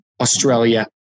Australia